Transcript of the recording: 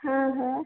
हाँ हाँ